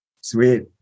Sweet